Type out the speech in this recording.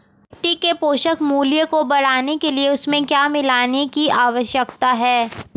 मिट्टी के पोषक मूल्य को बढ़ाने के लिए उसमें क्या मिलाने की आवश्यकता है?